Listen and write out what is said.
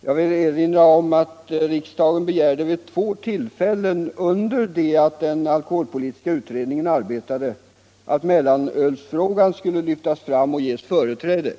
Jag vill erinra om att riksdagen vid två tillfällen, under det att den alkoholpolitiska utredningen arbetade, begärde att mellanölsfrågan skulle lyftas fram och ges företräde.